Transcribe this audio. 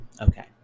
Okay